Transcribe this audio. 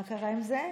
מה קרה עם זה?